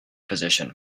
position